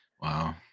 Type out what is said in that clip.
Wow